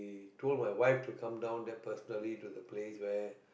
told my wife to come down there personally to the place where